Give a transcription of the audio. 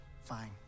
Fine